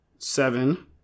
Seven